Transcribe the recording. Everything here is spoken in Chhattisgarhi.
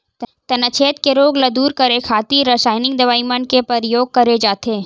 तनाछेद के रोग ल दूर करे खातिर रसाइनिक दवई मन के परियोग करे जाथे